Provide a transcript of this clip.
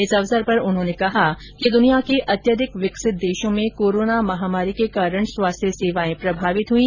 इस अवसर पर उन्होंने कहा कि दुनिया के अत्यधिक विकसित देशों में कोरोना महामारी के कारण स्वास्थ्य सेवाएं प्रभावित हुई